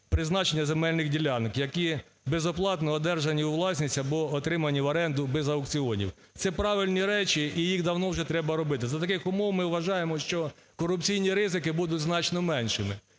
призначення земельних ділянок, які безоплатно одержані у власність або отримані в оренду без аукціонів. Це правильні речі, і їх давно вже треба робити. За таких умов ми вважаємо, що корупційні ризики будуть значно меншими.